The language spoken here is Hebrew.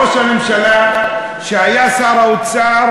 ראש הממשלה שהיה שר האוצר